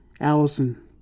Allison